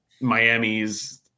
Miamis